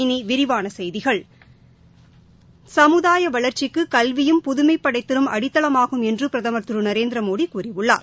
இனி விரிவான செய்திகள் சமுதாய வளர்ச்சிக்கு கல்வியும் புதுமைப்படைத்தலும் அடித்தளமாகும் என்று பிரதமர் திரு நரேந்திரமோடி கூறியுள்ளார்